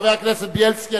חבר הכנסת בילסקי,